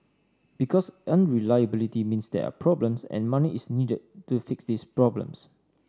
because unreliability means there are problems and money is needed to fix these problems